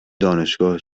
دانشگاه